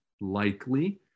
Likely